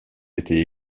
été